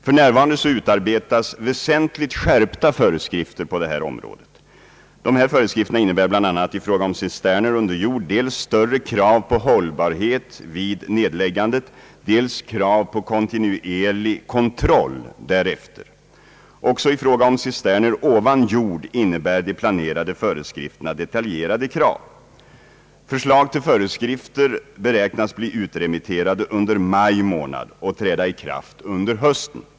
För närvarande utarbetas väsentligt skärpta föreskrifter på detta område. Dessa föreskrifter innebär bl.a. i fråga om cisterner under jord dels större krav på hållbarhet vid nedläggandet, dels krav på kontinuerlig kontroll därefter. Också i fråga om cisterner ovan jord innebär de planerade föreskrifterna detaljerade krav. Förslag till föreskrifter beräknas bli remitterade under maj månad, och föreskrifterna torde kunna komma att träda i kraft under hösten.